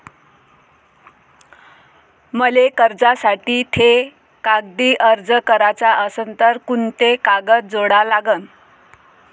मले कर्जासाठी थे कागदी अर्ज कराचा असन तर कुंते कागद जोडा लागन?